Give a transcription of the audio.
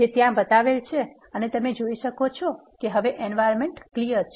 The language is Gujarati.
જે ત્યાં બતાવેલ છે અને તમે જોઈ શકો છો કે હવે environment ખાલી છે